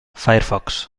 firefox